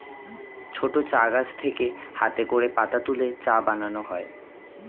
ছোট চা গাছ থেকে হাতে করে পাতা তুলে চা বানানো হয়